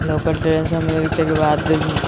local train clacking